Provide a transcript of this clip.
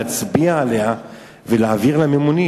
להצביע עליה ולהעביר לממונים.